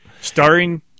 Starring